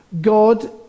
God